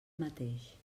mateix